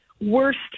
worst